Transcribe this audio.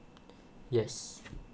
yes